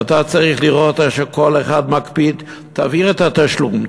ואתה צריך לראות איך שכל אחד מקפיד: תעביר את התשלום,